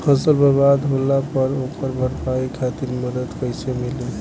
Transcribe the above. फसल बर्बाद होला पर ओकर भरपाई खातिर मदद कइसे मिली?